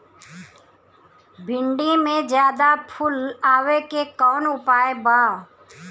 भिन्डी में ज्यादा फुल आवे के कौन उपाय बा?